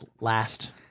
Last